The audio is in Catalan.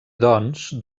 doncs